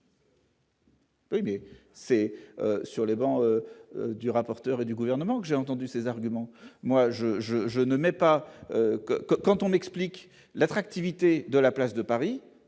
Oui, mais c'est sur les bancs du rapporteur et du gouvernement, que j'ai entendu ces arguments, moi je, je, je ne mets pas que quand on explique l'attractivité de la place de Paris,